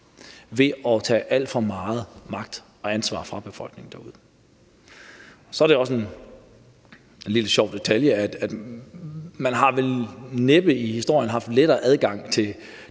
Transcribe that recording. ved at tage alt for meget magt og ansvar fra befolkningen derude. Så er der også en lille sjov detalje, for man har vel næppe i historien haft lettere adgang til